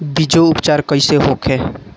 बीजो उपचार कईसे होखे?